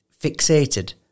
fixated